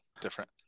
different